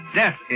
death